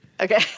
Okay